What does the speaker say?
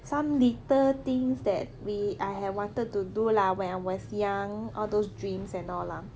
some little things that we I had wanted to do lah when I was young all those dreams and all lah